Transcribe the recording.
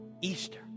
Easter